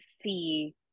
see